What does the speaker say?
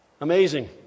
Amazing